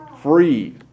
free